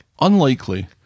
Unlikely